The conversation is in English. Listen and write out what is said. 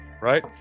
Right